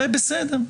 בסדר.